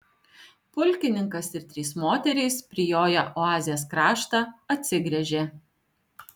pulkininkas ir trys moterys prijoję oazės kraštą atsigręžė